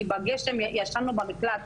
כי בגשם ישנו במקלט,